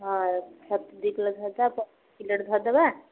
ହଁ ଛତୁ ଦୁଇ କିଲୋ ଧରିଦେବା କିଲୋଟେ ଧରିଦେବା